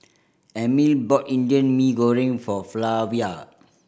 Emil bought Indian Mee Goreng for Flavia